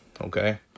okay